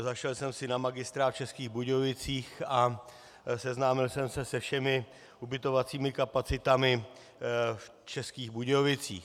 Zašel jsem si na Magistrát v Českých Budějovicích a seznámil jsem se se všemi ubytovacími kapacitami v Českých Budějovicích.